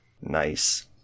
Nice